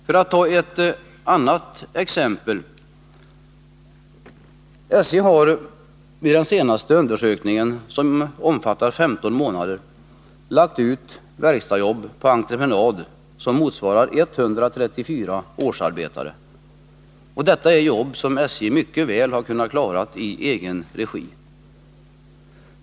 Låt mig ta ett annat exempel: SJ har enligt den senaste undersökningen, som omfattar 15 månader, lagt ut verkstadsjobb på entreprenad som motsvarar 134 årsarbetare. Detta är jobb som SJ mycket väl hade kunnat klara i egen regi.